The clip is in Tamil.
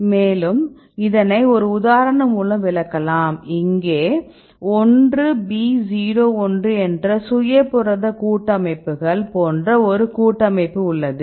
இதனை மேலும் ஒரு உதாரணம் மூலம் விளக்கலாம் இங்கே 1B01 என்ற சுய புரத கூட்டமைப்புகள் போன்ற ஒரு கூட்டமைப்பு உள்ளது